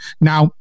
now